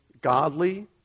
godly